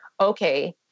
okay